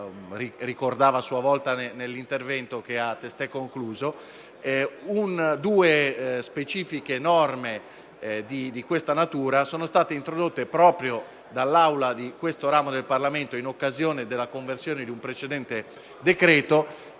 ricordato a sua volta nell'intervento che ha testé concluso, due specifiche norme di questa natura sono state introdotte proprio dall'Aula del Senato, in occasione della conversione di un precedente decreto